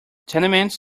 tenements